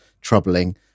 troubling